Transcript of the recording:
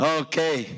okay